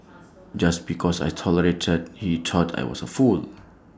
just because I tolerated he thought I was A fool